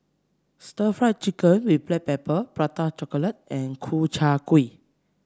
stir Fry Chicken with Black Pepper Prata Chocolate and Ku Chai Kuih